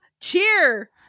cheer